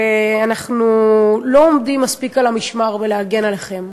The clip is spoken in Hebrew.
ואנחנו לא עומדים מספיק על המשמר בלהגן עליכם.